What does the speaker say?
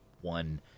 one